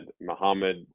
Muhammad